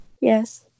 Yes